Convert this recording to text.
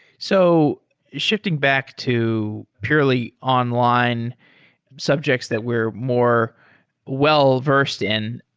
so shifting back to purely online subjects that were more well-versed in,